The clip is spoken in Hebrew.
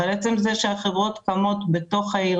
אבל עצם זה שהחברות קמות בתוך העיר